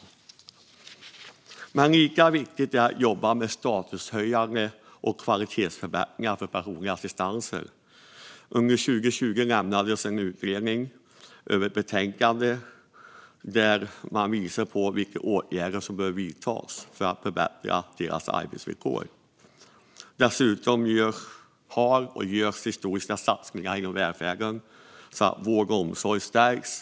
Lika viktigt är det att jobba med statushöjande och kvalitetsförbättringar för personliga assistenter. Under 2020 lämnades ett betänkande av en utredning där man visade vilka åtgärder som behöver vidtas för att förbättra deras arbetsvillkor. Dessutom har historiska satsningar inom välfärden gjorts och görs, så att vård och omsorg stärks.